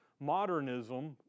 modernism